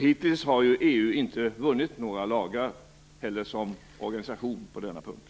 Hittills har ju EU som organisation inte heller vunnit några lagrar på denna punkt.